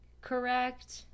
correct